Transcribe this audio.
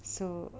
so